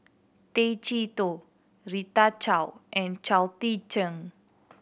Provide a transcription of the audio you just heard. Tay Chee Toh Rita Chao and Chao Tzee Cheng